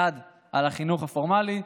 אחד על החינוך הפורמלי,